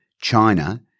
China